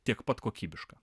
tiek pat kokybiškai